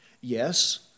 Yes